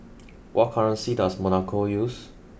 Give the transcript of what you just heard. what currency does Monaco use